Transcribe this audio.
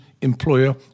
employer